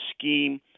scheme